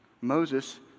Moses